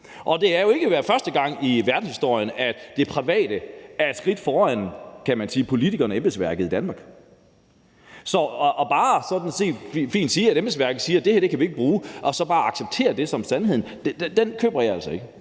Og det vil jo ikke være første gang i verdenshistorien, at det private er foran, kan man sige, politikerne og embedsværket i Danmark. Så bare sådan set at acceptere, at embedsværket siger, at det her kan vi ikke bruge, som sandheden, køber jeg altså ikke.